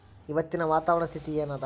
ಇವತ್ತಿನ ವಾತಾವರಣ ಸ್ಥಿತಿ ಏನ್ ಅದ?